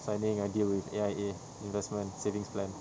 signing a deal with A_I_A investment savings plan